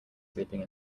sleeping